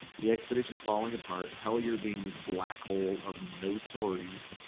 the expedition falling apart, hellier being this black hole of no stories,